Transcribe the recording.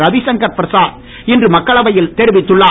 ரவிசங்கர் பிரசாத் இன்று மக்களவையில் தெரிவித்துள்ளார்